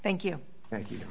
thank you thank you